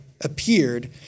appeared